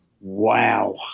Wow